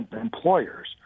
employers